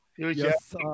Yes